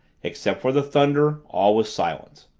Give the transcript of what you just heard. except for the thunder, all was silence.